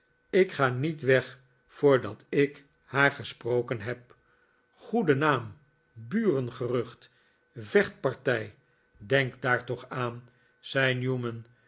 ik ga niet weg voordat ik haar gesproken heb goeden naam burengerucht vechtpartij denk daar toch aan zei newman